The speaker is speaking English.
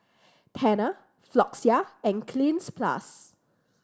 Tena Floxia and Cleanz Plus